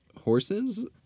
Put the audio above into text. horses